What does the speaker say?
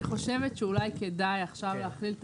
אני חושבת שאולי כדאי עכשיו להכליל את